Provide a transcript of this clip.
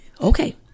okay